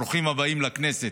ברוכים הבאים לכנסת,